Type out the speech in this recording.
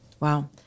Wow